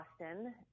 Austin